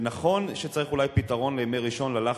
ונכון שצריך אולי פתרון לימי ראשון ללחץ,